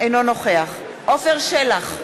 אינו נוכח עפר שלח,